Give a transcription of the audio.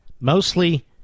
mostly